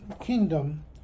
kingdom